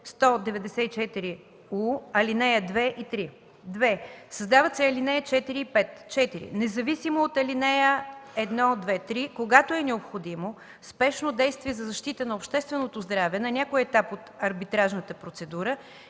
Създават се ал. 4 и 5: „(4) Независимо от ал. 1-3, когато е необходимо спешно действие за защита на общественото здраве на някой етап от арбитражната процедура,